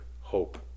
hope